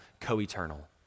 co-eternal